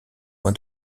mois